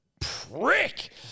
prick